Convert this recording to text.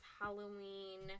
Halloween